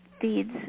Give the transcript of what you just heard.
feeds